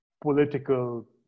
political